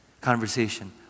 Conversation